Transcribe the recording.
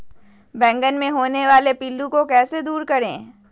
बैंगन मे होने वाले पिल्लू को कैसे दूर करें?